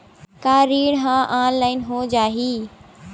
का ऋण ह ऑनलाइन हो जाही?